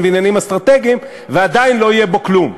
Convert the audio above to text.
ועניינים אסטרטגיים ועדיין לא יהיה בו כלום.